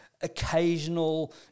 occasional